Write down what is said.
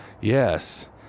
Yes